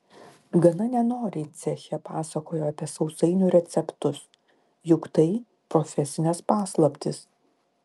gana nenoriai ceche pasakojo apie sausainių receptus juk tai profesinės paslaptys